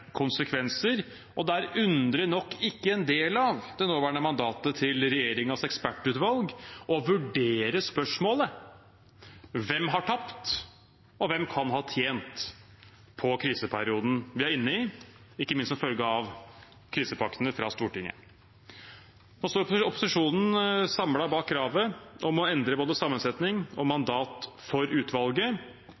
og det er – underlig nok – ikke en del av det nåværende mandatet til regjeringens ekspertutvalg å vurdere spørsmålet: Hvem har tapt, og hvem kan ha tjent på kriseperioden vi er inne i, ikke minst som følge av krisepakkene fra Stortinget? Opposisjonen står samlet bak kravet om å endre både sammensetning og